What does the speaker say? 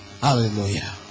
Hallelujah